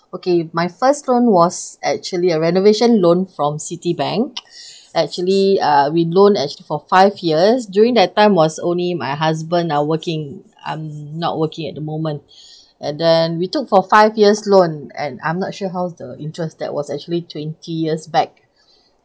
okay my first loan was actually a renovation loan from citibank actually uh we loan actually for five years during that time was only my husband are working I'm not working at the moment and then we took for five years loan and I'm not sure how's the interest that was actually twenty years back